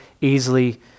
easily